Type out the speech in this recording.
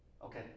Okay